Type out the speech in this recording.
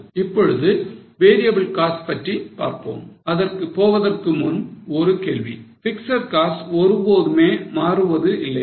இப்பொழுது variable cost பற்றி பார்ப்போம் அதற்கு போவதற்கு முன் ஒரு கேள்வி பிக்ஸட் காஸ்ட் ஒருபோதுமே ஏமாறுவது இல்லையா